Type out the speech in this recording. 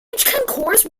concourse